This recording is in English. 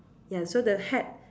ya so the hat